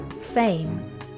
fame